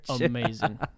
Amazing